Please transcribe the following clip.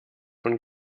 von